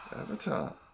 Avatar